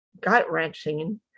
gut-wrenching